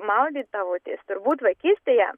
maudydavotės turbūt vaikystėje